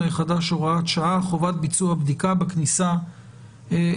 החדש (הוראת שעה) (חובת ביצוע בדיקה בכניסה לישראל).